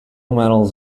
metals